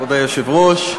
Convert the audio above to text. כבוד היושב-ראש,